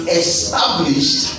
established